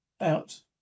out